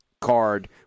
card